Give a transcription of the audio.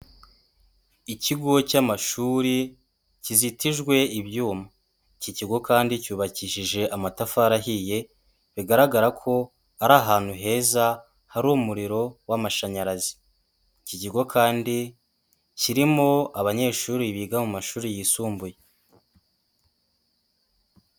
Ikigo cy'amashuri kizitijwe ibyuma, iki kigo kandi cyubakishije amatafari ahiye. Bigaragara ko ari ahantu heza hari umuriro w'amashanyarazi, iki kigo kandi kirimo abanyeshuri biga mu mashuri yisumbuye.